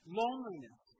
loneliness